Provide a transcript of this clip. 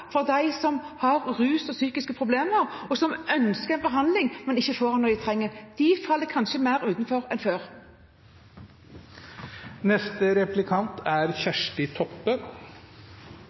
de som har rusproblemer og psykiske problemer, og som ønsker en behandling, men som ikke får den når de trenger det. De faller kanskje mer utenfor enn før.